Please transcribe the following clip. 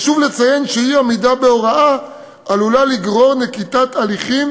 חשוב לציין שאי-עמידה בהוראות עלולה לגרור נקיטת הליכים